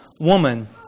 woman